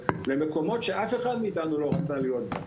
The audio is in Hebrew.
למקומות שאף אחד מאיתנו לא רצה להיות בהם.